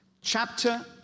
chapter